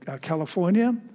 California